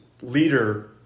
leader